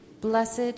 Blessed